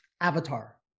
Avatar